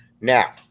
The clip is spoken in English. Now